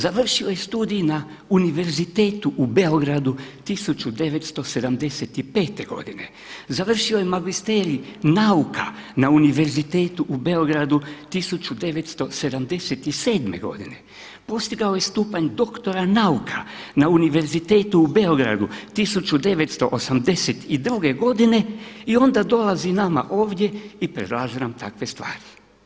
Završio je studij na Univerzitetu u Beogradu 1975. godine, završio je magisterij nauka na Univerzitetu u Beogradu 1977. godine, postigao je stupanj doktora nauka na Univerzitetu u Beogradu 1982. godine i onda dolazi nama ovdje i predlaže nam takve stvari.